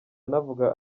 anavuga